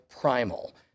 primal